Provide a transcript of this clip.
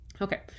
Okay